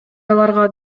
аларга